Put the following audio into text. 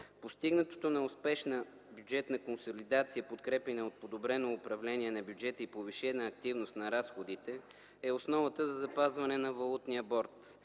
Постигането на успешна бюджетна консолидация, подкрепяна от подобрено управление на бюджета и повишена активност на разходите, е основа за запазването на валутния борд.